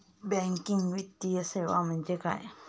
Banking वित्तीय सेवा म्हणजे काय?